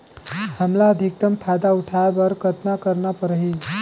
हमला अधिकतम फायदा उठाय बर कतना करना परही?